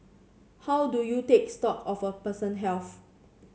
how do you take stock of a person health